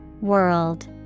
World